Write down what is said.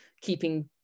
keeping